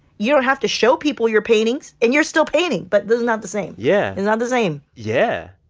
you don't have to show people your paintings, and you're still painting. but this is not the same yeah it's not the same yeah.